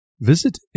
Visit